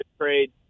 trade